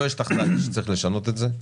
לא השתכנעתי שצריך לשנות את זה.